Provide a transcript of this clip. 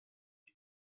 die